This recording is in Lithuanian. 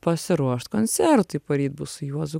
pasiruošt koncertui poryt bus su juozu